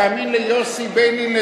תאמין ליוסי ביילין,